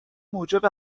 موجب